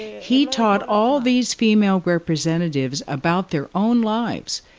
he taught all these female representatives about their own lives,